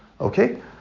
Okay